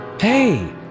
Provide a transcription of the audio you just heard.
Hey